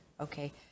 okay